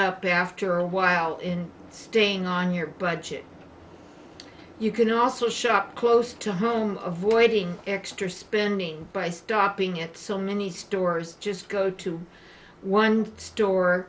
up after a while in staying on your budget you can also shop close to home avoiding extra spending by stopping at so many stores just go to one store